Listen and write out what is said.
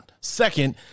Second